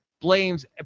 blames